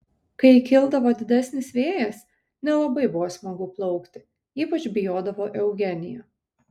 kai kildavo didesnis vėjas nelabai buvo smagu plaukti ypač bijodavo eugenija